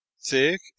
thick